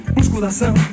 Musculação